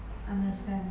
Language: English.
understand